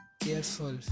careful